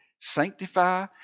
sanctify